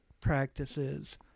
practices